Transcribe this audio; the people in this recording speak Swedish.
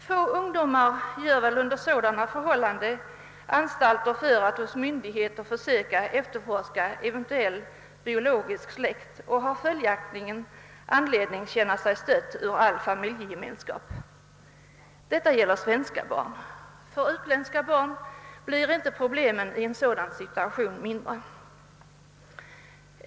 Få ungdomar gör väl under sådana förhållanden anstalter för att hos myndigheter försöka efterforska eventuell biologisk släkt och har följaktligen anledning känna sig utstött ur all familjegemenskap. Detta gäller närmast svenska barn, men för utländska barn blir inte problemen i en sådan situation mindre.